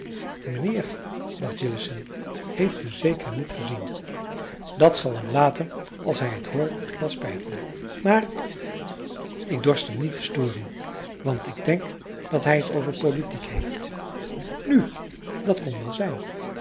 dacht jillessen heeft me zeker niet gezien dat zal hem later als hij t hoort wel spijten maar ik dorst hem niet te storen want ik denk dat hij t over de politiek heeft nu dat kon wel zijn